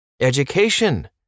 Education